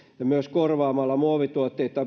myös korvaamalla muovituotteita